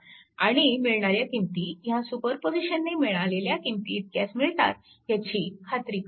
आणि मिळणाऱ्या किंमती ह्या सुपरपोजिशनने मिळालेल्या किंमतीइतक्याच मिळतात ह्याची खात्री करून घ्या